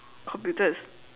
computer is